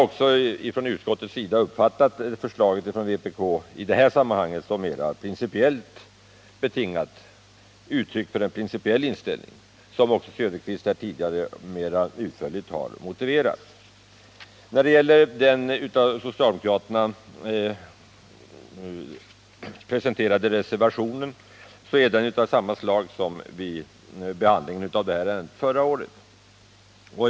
Utskottet har också uppfattat vpk:s förslag i detta sammanhang såsom uttryck för en mer principiell inställning, som Oswald Söderqvist tidigare utförligt har motiverat. Den av socialdemokraterna presenterade reservationen är av samma slag som den reservation som avgavs vid behandlingen av detta ärende förra året.